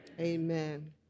Amen